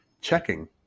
checking